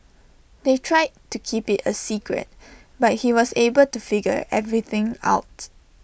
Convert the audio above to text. they tried to keep IT A secret but he was able to figure everything out